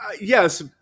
Yes